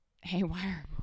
haywire